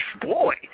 Boy